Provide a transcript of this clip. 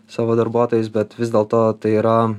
savo darbuotojais bet vis dėlto tai yra